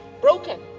broken